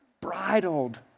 bridled